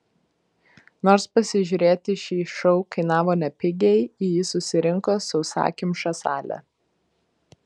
nors pasižiūrėti šį šou kainavo nepigiai į jį susirinko sausakimša salė